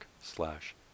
slash